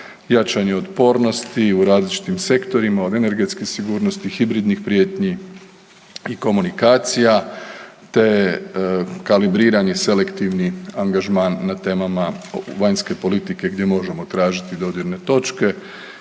jačanje otpornosti u različitim sektorima, od energetske sigurnosti, hibridnih prijetnji i komunikacija, te kalibriranje selektivni angažman na temama vanjske politike gdje možemo tražiti dodirne točke